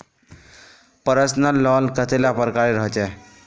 Personal loan कतेला प्रकारेर होचे?